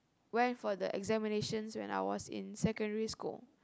went for the examinations when I was in secondary school